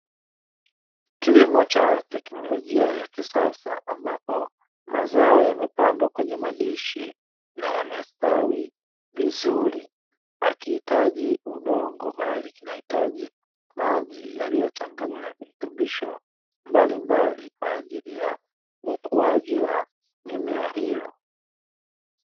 kilimo cha teknoolojia ya kisasa, ambapo mazao yamepandwa kwenye madishi na yamestawi vizuri, hakihitaji udongo bali kinahitaji maji yaliyochanganywa na virutubisho mbalimbali kwa ajili ya ukuaji wa mimea hiyo.